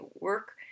work